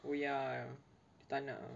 oh ya tak nak